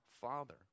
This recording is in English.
Father